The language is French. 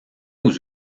aux